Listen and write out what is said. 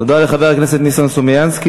תודה לחבר הכנסת ניסן סלומינסקי.